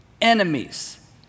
enemies